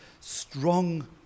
strong